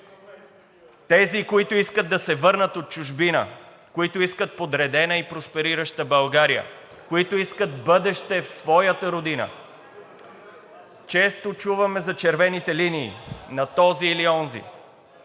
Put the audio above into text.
Тези, които искат да се върнат от чужбина, които искат подредена и просперираща България, които искат бъдеще в своята Родина. Често чуваме за червените линии на този или онзи,